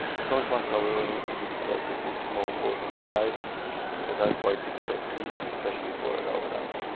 the front ones however needs to be deployed with these small balls on the side that are quite difficult to reach especially for adult hands.